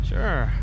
Sure